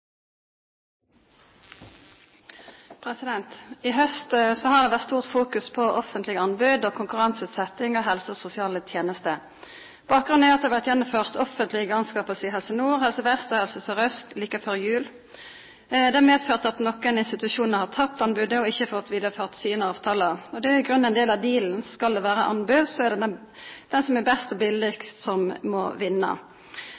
konkurranseutsetting av helsetjenester og sosiale tjenester. Bakgrunnen er at det har vært gjennomført offentlige anskaffelser i Helse Nord, Helse Vest og Helse Sør-Øst like før jul. Det medførte at noen institusjoner tapte anbudet og ikke fikk videreført sine avtaler. Det er jo i grunnen en del av dealen: Skal det være anbud, er det den som er best og